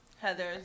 Heather's